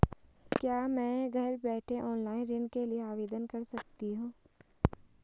क्या मैं घर बैठे ऑनलाइन ऋण के लिए आवेदन कर सकती हूँ?